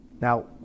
Now